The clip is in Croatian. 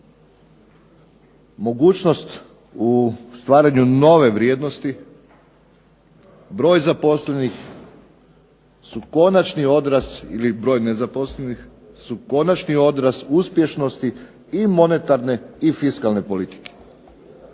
mogućnost u stvaranju nove vrijednosti, broj zaposlenih su konačni odraz ili broj nezaposlenih su konačni odraz uspješnosti i monetarne i fiskalne politike.